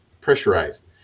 pressurized